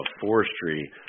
Forestry –